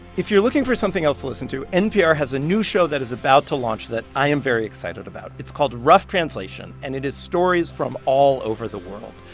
if you're looking for something else to listen to, npr has a new show that is about to launch that i am very excited about. it's called rough translation, and it is stories from all over the world.